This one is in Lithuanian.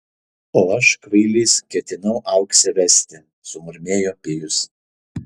o aš kvailys ketinau auksę vesti sumurmėjo pijus